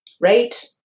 right